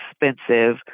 expensive